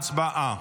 הצבעה.